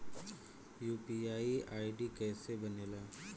UPI ID कैसे बनेला?